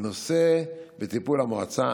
הנושא בטיפול המועצה,